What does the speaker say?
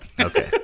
Okay